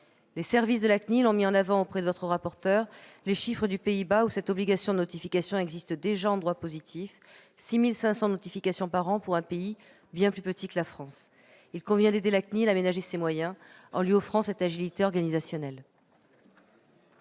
Les services de la CNIL ont mis en avant auprès de votre rapporteur les chiffres des Pays-Bas, où cette obligation de notification existe déjà en droit positif : 6 500 notifications par an, dans un pays bien plus petit que la France. Il convient d'aider la CNIL à ménager ses moyens en lui offrant cette agilité organisationnelle.